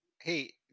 Hey